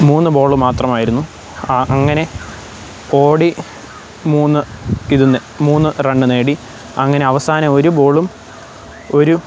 മൂന്ന് ബോൾ മാത്രമായിരുന്നു ആ അങ്ങനെ ഓടി മൂന്ന് ഇതിന് മൂന്ന് റൺ നേടി അങ്ങനെ അവസാനം ഒരു ബോളും ഒരു